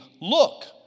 Look